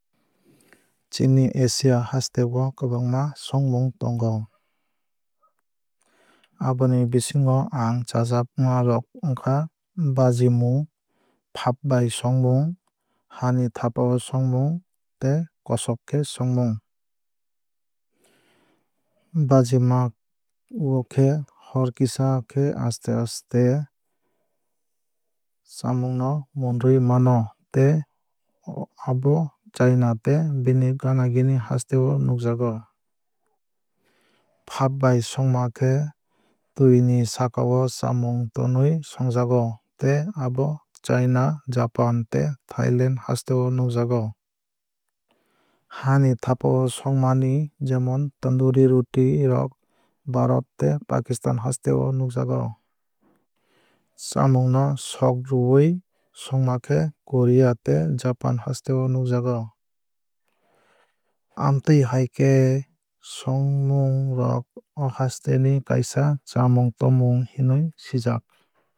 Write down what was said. Chini asia hasteo kwbangma songmung tongo. Aboni bisingo ang chajakmani rok wngkha bajimung faap bai songmung hani thapao songmung tei kosok khe songmung. Bajima o khe hor kisa khe aste aste chamung no munrwui mano tei abo chaina tei bini gana gini hasteo nukjago. Faap bai songma khe twi ni sakao chamung tonwui songjago tei abo chaina japan tei thailand hasteo nukjago. Ha ni thapao songmani jemon tondori roti rok bharat tei pakistan hasteo nukjago. Chamung no sog rwui songma khe korea tei japan hasteo nukjago. Amowtui hai khe songmung rok o haste ni kaisa chamung tongmung hinwui sijka.